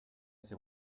see